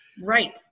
Right